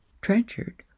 trenchard